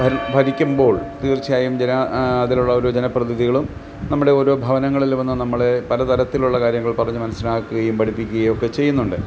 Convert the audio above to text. ഭരിക്കുമ്പോൾ തീർച്ചയായും ജനാ അതിലുള്ള ജനപ്രതിനിധികളും നമ്മുടെ ഓരോ ഭവനങ്ങളിൽ വന്ന് നമ്മളുടെ പല തരത്തിലുള്ള കാര്യങ്ങൾ പറഞ്ഞ് മനസ്സിലാക്കയും പഠിപ്പിക്കുകയും ഒക്കെ ചെയ്യുന്നുണ്ട്